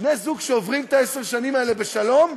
בני-זוג שעוברים את עשר השנים האלה בשלום,